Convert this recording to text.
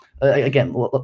again